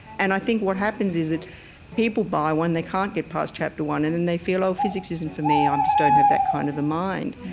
and i think what happens is that people buy one, they can't get past chapter one, and then they feel, oh, physics isn't for me. i um just don't have that kind of a mind.